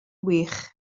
wych